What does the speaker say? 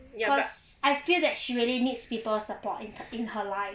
ya but I feel that she really needs people support in in her life